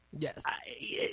Yes